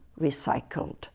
recycled